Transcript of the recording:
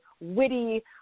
witty